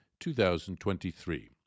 2023